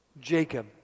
Jacob